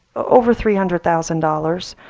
over three hundred thousand dollars,